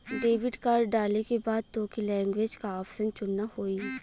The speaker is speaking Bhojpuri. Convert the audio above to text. डेबिट कार्ड डाले के बाद तोके लैंग्वेज क ऑप्शन चुनना होई